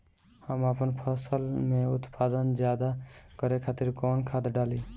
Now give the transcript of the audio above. हम आपन फसल में उत्पादन ज्यदा करे खातिर कौन खाद डाली?